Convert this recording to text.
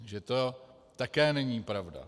Takže to také není pravda.